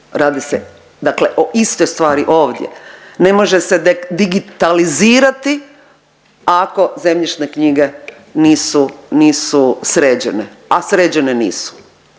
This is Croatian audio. dakle o istoj stvari ovdje, ne može se digitalizirati ako zemljišne knjige nisu, nisu sređene, a sređene nisu.